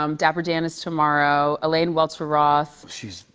um dapper dan is tomorrow. elaine welteroth. she's